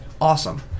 awesome